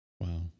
Wow